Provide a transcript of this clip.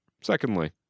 Secondly